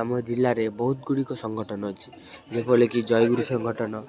ଆମ ଜିଲ୍ଲାରେ ବହୁତ ଗୁଡ଼ିକ ସଂଗଠନ ଅଛି ଯେପରିକି ଜୟଗୁରୁ ସଂଗଠନ